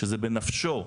שזה בנפשו,